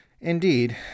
Indeed